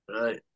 Right